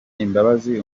imbabazi